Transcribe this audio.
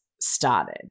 started